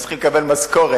והם צריכים לקבל משכורת,